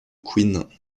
queen